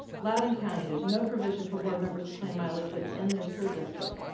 loudoun county, there's no provision for board members to claim mileage within their school district.